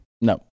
No